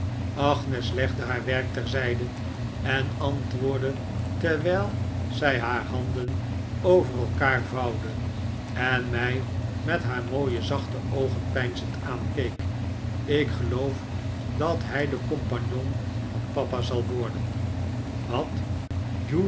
agnes legde haar werk terzijde en antwoordde terwijl zij haar handen over elkaar vouwde en mij met haar mooie zachte oogen peinzend aankeek ik geloof dat hij de compagnon van papa zal worden wat